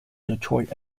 detroit